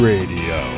Radio